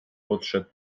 podszedł